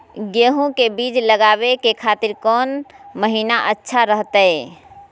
गेहूं के बीज लगावे के खातिर कौन महीना अच्छा रहतय?